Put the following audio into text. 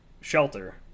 Shelter